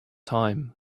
time